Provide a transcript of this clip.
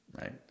right